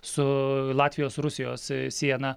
su latvijos rusijos siena